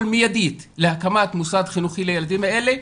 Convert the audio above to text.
מיידית להקמת מוסד חינוכי לילדים האלה,